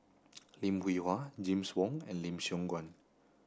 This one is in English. Lim Hwee Hua James Wong and Lim Siong Guan